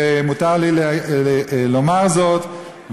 ומותר לי לומר זאת,